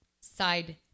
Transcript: side